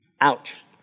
Ouch